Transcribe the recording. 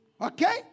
Okay